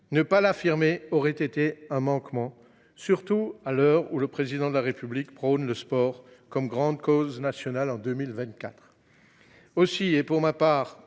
Ne pas l’affirmer aurait constitué un manquement, surtout à l’heure où le Président de la République prône le sport comme grande cause nationale en 2024. Pour ma part,